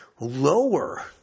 Lower